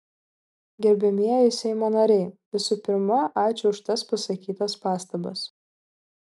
gerbiamieji seimo nariai visų pirma ačiū už tas pasakytas pastabas